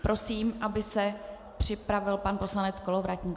Prosím, aby se připravil pan poslanec Kolovratník.